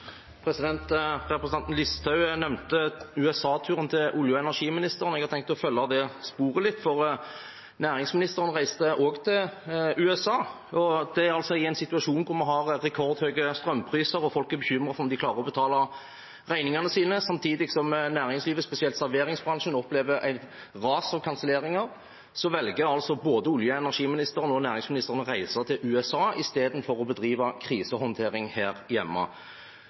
Listhaug nevnte USA-turen til olje- og energiministeren. Jeg har tenkt å følge det sporet litt, for næringsministeren reiste også til USA. Det er altså i en situasjon der vi har rekordhøye strømpriser og folk er bekymret for om de klarer å betale regningene sine. Samtidig som næringslivet og spesielt serveringsbransjen opplever et ras av kanselleringer, velger både olje- og energiministeren og næringsministeren å reise til USA istedenfor å bedrive krisehåndtering her hjemme.